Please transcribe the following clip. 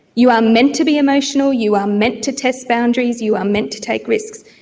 you are meant to be emotional, you are meant to test boundaries, you are meant to take risks.